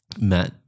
Matt